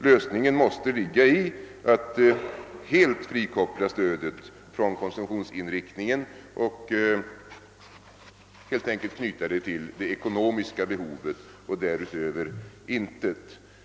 Lösningen måste ligga i att helt frikoppla stödet från konsumtionsinriktningen och helt enkelt i stället knyta det till det ekonomiska behovet, och därutöver intet.